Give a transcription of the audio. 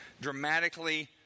dramatically